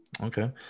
Okay